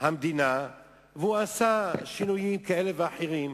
המדינה והוא עשה שינויים כאלה ואחרים,